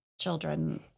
children